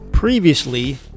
Previously